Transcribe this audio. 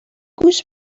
گوش